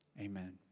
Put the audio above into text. Amen